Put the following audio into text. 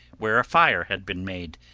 where a fire had been made,